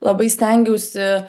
labai stengiausi